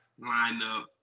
lineup